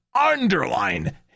underline